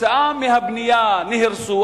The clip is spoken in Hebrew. כתוצאה מהבנייה הן נהרסו,